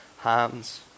hands